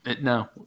No